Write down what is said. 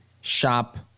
shop